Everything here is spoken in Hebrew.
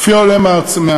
כפי העולה מההצעה,